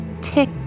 Tick